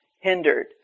hindered